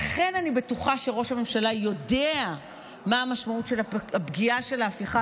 לכן אני בטוחה שראש הממשלה יודע מה המשמעות של הפגיעה של ההפיכה